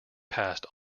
passed